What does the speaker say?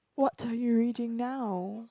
what are you reading now